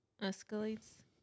escalates